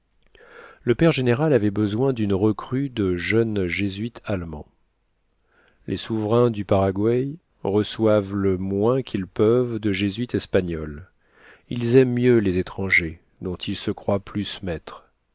le père général avait besoin d'une recrue de jeunes jésuites allemands les souverains du paraguai reçoivent le moins qu'ils peuvent de jésuites espagnols ils aiment mieux les étrangers dont ils se croient plus maîtres